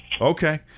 Okay